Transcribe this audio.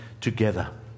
together